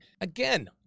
again